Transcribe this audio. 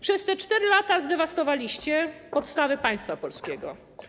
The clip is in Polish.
Przez te 4 lata zdewastowaliście podstawy państwa polskiego.